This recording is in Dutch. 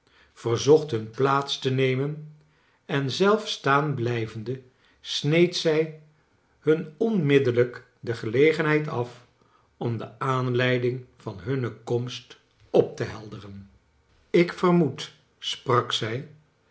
verzocht hun plaats te nemen en zelf staan blijvende sneed zij hun onmiddellijk de gelegenheid af om de aanleiding van hunne komst op te helderen kleine doerit ik vermoed sprak zij